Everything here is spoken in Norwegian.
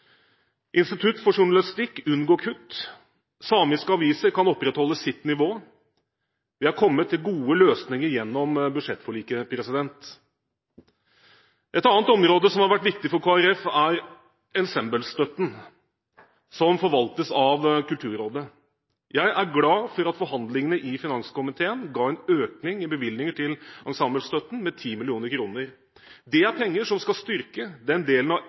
Institutt for journalistikk unngår kutt, samiske aviser kan opprettholde sitt nivå – vi er kommet til gode løsninger gjennom budsjettforliket. Et annet område som har vært viktig for Kristelig Folkeparti, er ensemblestøtten, som forvaltes av Kulturrådet. Jeg er glad for at forhandlingene i finanskomiteen ga en økning i bevilgninger til ensemblestøtten på 10 mill. kr. Det er penger som skal styrke den delen av